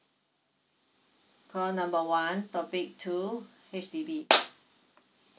call number one topic two H_D_B